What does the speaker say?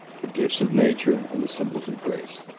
the gifts of nature and the symbols of grace.